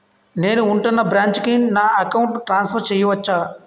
నేను ఉంటున్న బ్రాంచికి నా అకౌంట్ ను ట్రాన్సఫర్ చేయవచ్చా?